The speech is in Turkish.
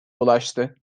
ulaştı